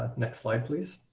next slide please.